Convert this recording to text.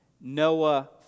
Noah